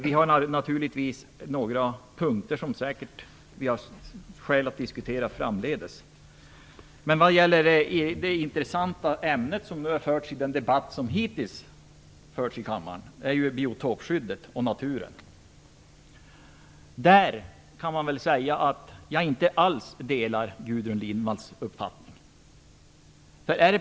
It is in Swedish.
Det finns naturligtvis några punkter som vi har skäl att diskutera framdeles. Men det intressanta ämne som har diskuterats i denna debatt är biotopskyddet och naturen. I detta sammanhang delar jag inte alls Gudrun Lindvalls uppfattning.